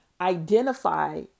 identify